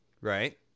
Right